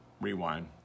rewind